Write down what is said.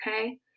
okay